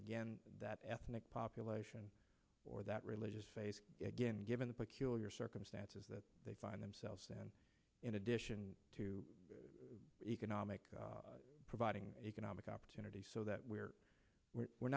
again that ethnic population or that religious faith again given the peculiar circumstances that they find themselves in addition to the economic providing economic opportunity so that we're we're we're